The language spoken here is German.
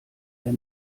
der